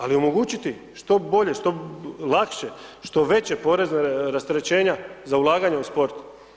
Ali omogućiti što bolje, što lakše, što veća porezna rasterećenja za ulaganja u sport.